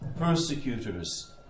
persecutors